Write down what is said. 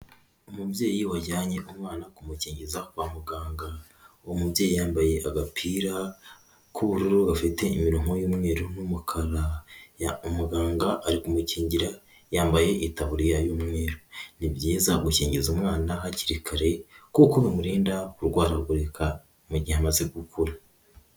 Umubyeyi wajyanye umwana kumukingiza kwa muganga, uwo mubyeyi yambaye agapira k'ubururu gafite imirongo y'umweru n'umukara, umuganga ari kumukingira yambaye itaburiya y'umweru, ni byiza gukingiza umwana hakiri kare kuko bimurinda kurwaragurika mu gihe amaze gukura.